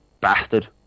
Bastard